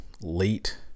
late